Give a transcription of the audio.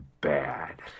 bad